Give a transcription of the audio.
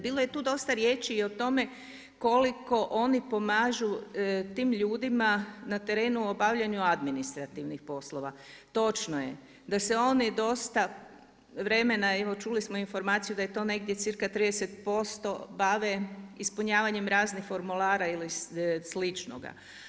Bilo je tu dosta riječi i o tome koliko oni pomažu tim ljudima na terenu u obavljaju administrativnih poslova, točno je da se oni dosta vremena, evo čuli smo informaciju da se negdje circa 30% bave ispunjavanjem raznih formulara ili sličnoga.